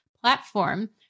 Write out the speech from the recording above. platform